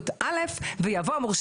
אה, יש הערות?